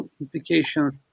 implications